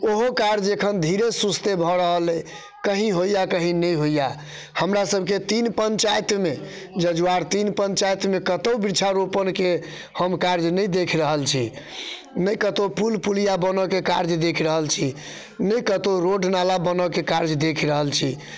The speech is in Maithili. ओहो कार्य एखन धीरे सुस्ते भऽ रहल अइ कहीँ होइए कहीँ नहि होइए हमरासबके तीन पञ्चाइतमे जजुआर तीन पञ्चाइतमे कतहु वृक्षारोपणके हम कार्य नहि देख रहल छी नहि कतहु पूल पुलिआ बनऽके कार्य देख रहल छी नहि कतहु रोड नाला बनऽके कार्य देख रहल छी